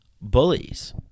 bullies